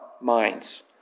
minds